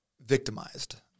victimized